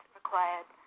required